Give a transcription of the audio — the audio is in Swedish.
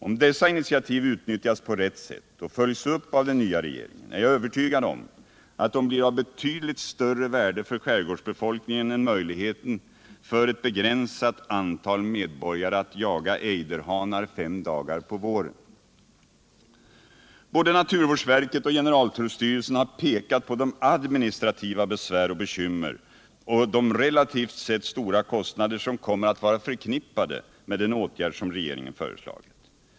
Om dessa initiativ utnyttjas på rätt sätt och följs upp av den nya regeringen är jag övertygad om att de blir av betydligt större värde för skärgårdsbefolkningen än möjligheten för ett begränsat antal medborgare att jaga ejderhanar fem dagar på våren. Både naturvårdsverket och generaltullstyrelsen har pekat på de administrativa besvär och bekymmer och de relativt sett stora kostnader som kommer att vara förknippade med den åtgärd som regeringen föreslagit.